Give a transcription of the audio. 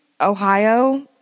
Ohio